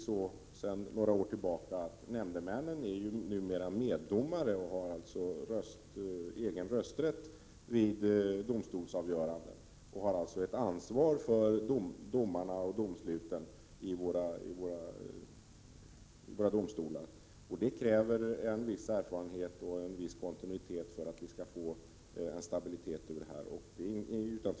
Sedan några år tillbaka är dessutom nämndemännen meddomare och har rösträtt vid domstolsavgöranden. De har alltså ett ansvar för domarna och domsluten vid våra domstolar. Detta kräver en viss enfarenhet och en viss kontinuitet om vi skall få en stabil nämndemannakår.